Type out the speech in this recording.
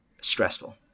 stressful